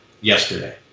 yesterday